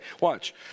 Watch